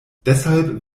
deshalb